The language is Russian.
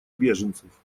беженцев